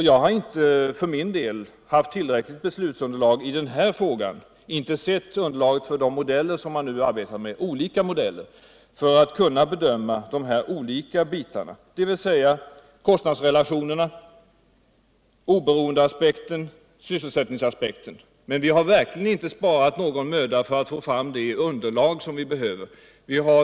Jag har inte för min del haft tillräckligt beslutsunderlag i den här frågan — jag har inte sett underlaget för de olika modeller som man nu arbetar med — för att kunna bedöma de olika bitarna, dvs. kostnadsrelationerna, oberoendeaspekten och sysselsättningsaspekten. Men vi har verkligen inte sparat någon möda för att få fram det underlag som vi behöver. Vi har.